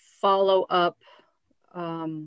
follow-up